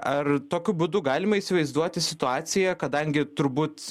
ar tokiu būdu galima įsivaizduoti situaciją kadangi turbūt